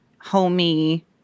homey